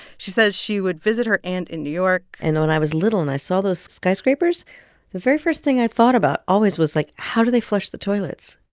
she says she would visit her aunt in new york and when i was little and i saw those skyscrapers, the very first thing i thought about always was, like how do they flush the toilets?